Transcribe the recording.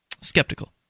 skeptical